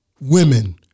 women